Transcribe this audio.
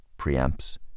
preamps